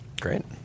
Great